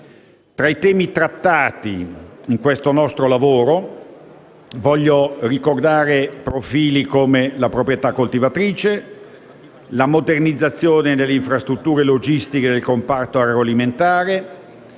Tra i temi trattati in questo nostro lavoro desidero ricordare i profili come la proprietà coltivatrice, la modernizzazione delle infrastrutture logistiche del comparto agroalimentare,